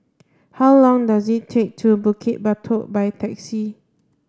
how long does it take to Bukit Batok by taxi